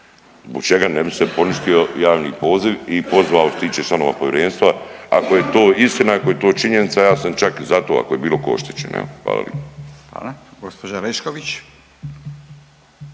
zbog čega se ne bi poništio javni poziv i pozvao što se tiče članova povjerenstva ako je to istina, ako je to činjenica? Ja sam čak za to ako je bilo ko oštećen. Evo hvala lipa. **Radin, Furio